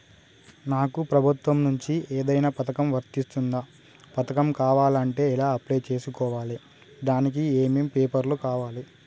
నాకు ప్రభుత్వం నుంచి ఏదైనా పథకం వర్తిస్తుందా? పథకం కావాలంటే ఎలా అప్లై చేసుకోవాలి? దానికి ఏమేం పేపర్లు కావాలి?